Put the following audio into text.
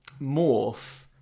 morph